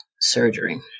surgery